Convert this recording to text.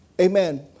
amen